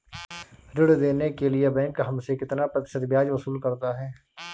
ऋण देने के लिए बैंक हमसे कितना प्रतिशत ब्याज वसूल करता है?